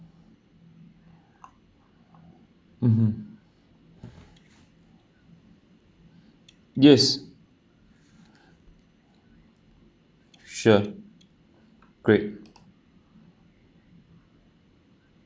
mmhmm yes sure great